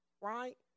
right